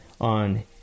on